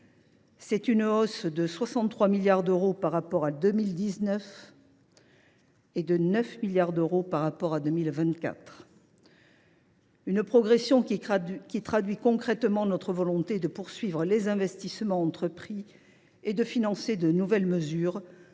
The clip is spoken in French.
C’est une hausse de 63 milliards d’euros par rapport à 2019 et de 9 milliards d’euros par rapport à 2024. Cette progression traduit concrètement notre volonté de poursuivre les investissements entrepris et de financer de nouvelles mesures